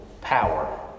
power